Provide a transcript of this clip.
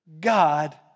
God